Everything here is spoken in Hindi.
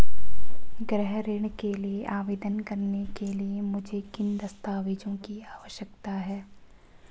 गृह ऋण के लिए आवेदन करने के लिए मुझे किन दस्तावेज़ों की आवश्यकता है?